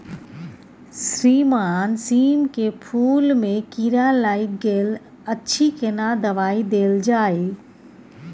श्रीमान सीम के फूल में कीरा लाईग गेल अछि केना दवाई देल जाय?